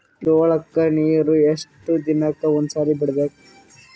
ಜೋಳ ಕ್ಕನೀರು ಎಷ್ಟ್ ದಿನಕ್ಕ ಒಂದ್ಸರಿ ಬಿಡಬೇಕು?